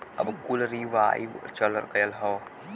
अब कुल रीवाइव चल गयल हौ